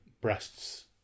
breasts